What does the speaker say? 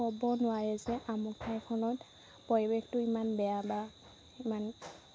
ক'ব নোৱাৰে যে আমুক ঠাইখনত পৰিৱেশটো ইমান বেয়া বা ইমান